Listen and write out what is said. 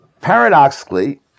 paradoxically